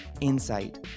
insight